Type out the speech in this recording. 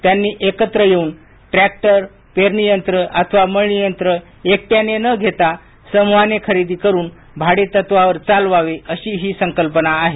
त्यांनी एकत्रित येऊन ट्रॅक्टर पेरणी यंत्र अथवा मळणी यंत्र एकट्याने न घेता समुहाने खरेदी करुन भाडे तत्वावर चालवावे अशी ही संकल्पना आहे